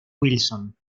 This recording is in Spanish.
wilson